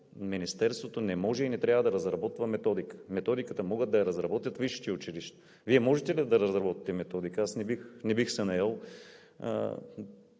Министерството не може и не трябва да разработва методика. Методиката могат да я разработят висшите училища. Вие можете ли да разработите методика? Аз не бих се наел,